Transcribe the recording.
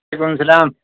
سلام